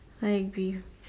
I agree